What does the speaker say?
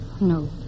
No